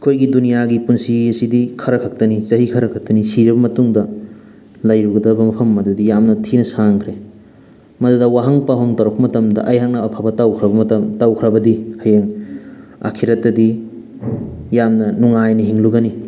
ꯑꯩꯈꯣꯏꯒꯤ ꯗꯨꯅꯤꯌꯥꯒꯤ ꯄꯨꯟꯁꯤ ꯑꯁꯤꯗꯤ ꯈꯔ ꯈꯛꯇꯅꯤ ꯆꯍꯤ ꯈꯔ ꯈꯛꯇꯅꯤ ꯁꯤꯔꯕ ꯃꯇꯨꯡꯗ ꯂꯩꯔꯨꯒꯗꯕ ꯃꯐꯝ ꯑꯗꯨꯗꯤ ꯌꯥꯝꯅ ꯊꯤꯅ ꯁꯥꯡꯈ꯭ꯔꯦ ꯃꯗꯨꯗ ꯋꯥꯍꯪ ꯄꯥꯎꯍꯪ ꯇꯧꯔꯛꯄ ꯃꯇꯝꯗ ꯑꯩꯍꯥꯛꯅ ꯑꯐꯕ ꯇꯧꯈ꯭ꯔꯕ ꯃꯇꯝ ꯇꯧꯈ꯭ꯔꯕꯗꯤ ꯍꯌꯦꯡ ꯑꯈꯦꯔꯠꯇꯗꯤ ꯌꯥꯝꯅ ꯅꯨꯡꯉꯥꯏꯅ ꯍꯤꯡꯂꯨꯒꯅꯤ